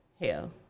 Hell